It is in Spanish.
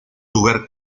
lugar